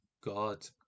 God